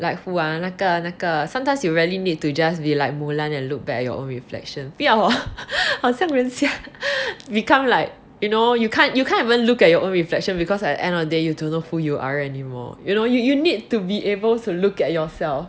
like who ah 那个那个 sometimes you really need to just be like mulan and look back at your own reflection 不要好像人家 become like you know you can't you can't even look at your own reflection because at the end of the day you don't know who you are anymore you know you you need to be able to look at yourself